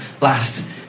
Last